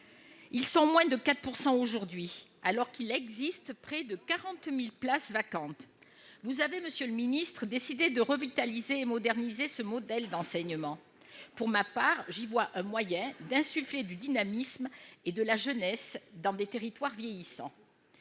Ils sont moins de 4 % aujourd'hui, alors qu'il existe près de 40 000 places vacantes. Monsieur le ministre, vous avez décidé de revitaliser et de moderniser ce modèle d'enseignement. Pour ma part, j'y vois un moyen d'insuffler du dynamisme et de la jeunesse dans des territoires vieillissants.